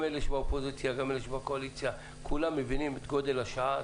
גם אלה שבאופוזיציה וגם אלה בקואליציה מבינים את גודל השעה,